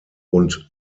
und